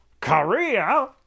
Korea